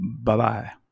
Bye-bye